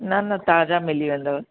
न न ताज़ा मिली वेंदव